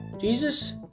Jesus